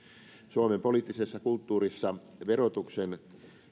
suomen poliittisessa kulttuurissa verotuksen